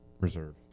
reserve